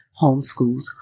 homeschools